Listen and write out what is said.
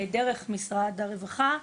דרך משרד הרווחה.